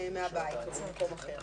מהבית, או ממקום אחר.